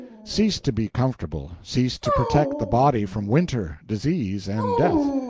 cease to be comfortable, cease to protect the body from winter, disease, and death.